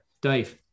Dave